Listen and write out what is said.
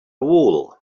wool